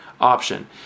option